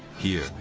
here,